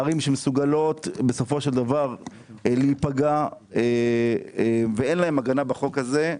ערים שמסוגלות בסופו של דבר להיפגע ואין להן הגנה בחוק הזה,